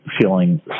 feeling